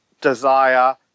desire